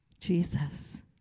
Jesus